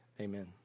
amen